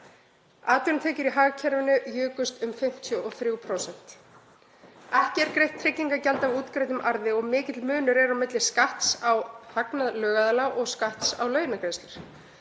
Atvinnutekjur í hagkerfinu jukust um 53%. Ekki er greitt tryggingagjald af útgreiddum arði og mikill munur er á milli skatts á hagnað lögaðila og skatts á launagreiðslur.